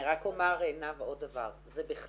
של הכנה אבל ברור שכאשר התיק הוא תיק